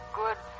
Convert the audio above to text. good